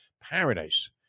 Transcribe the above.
paradise